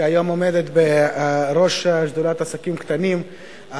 שהיום עומדת בראש שדולת עסקים קטנים.